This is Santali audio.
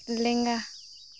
ᱞᱮᱸᱜᱟ